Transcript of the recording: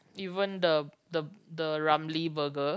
even the the the Ramly burger